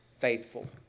Faithful